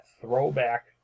throwback